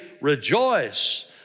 rejoice